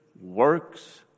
works